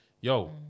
yo